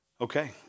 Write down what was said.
Okay